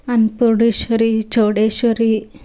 Annapoorneshwari Chowdeshwari